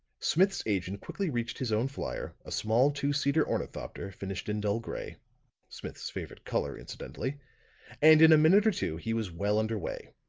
smith's agent quickly reached his own flier, a small two-seater ornithopter finished in dull gray smith's favorite color, incidentally and in a minute or two he was well under way.